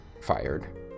fired